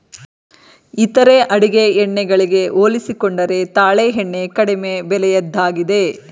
ಇತರ ಅಡುಗೆ ಎಣ್ಣೆ ಗಳಿಗೆ ಹೋಲಿಸಿಕೊಂಡರೆ ತಾಳೆ ಎಣ್ಣೆ ಕಡಿಮೆ ಬೆಲೆಯದ್ದಾಗಿದೆ